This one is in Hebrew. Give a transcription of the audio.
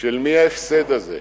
של מי ההפסד הזה?